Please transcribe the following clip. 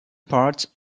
parts